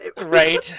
right